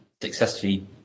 successfully